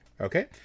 Okay